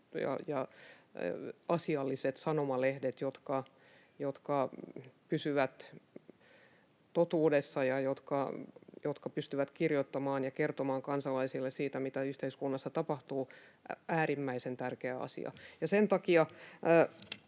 ja asialliset sanomalehdet, jotka pysyvät totuudessa ja jotka pystyvät kirjoittamaan ja kertomaan kansalaisille siitä, mitä yhteiskunnassa tapahtuu, ovat äärimmäisen tärkeä asia.